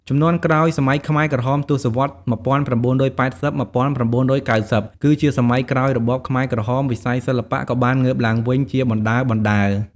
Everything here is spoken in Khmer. ជំនាន់ក្រោយសម័យខ្មែរក្រហម ទសវត្សរ៍ ១៩៨០-១៩៩០ គឺជាសម័យក្រោយរបបខ្មែរក្រហម វិស័យសិល្បៈក៏បានងើបឡើងវិញជាបណ្តើរៗ។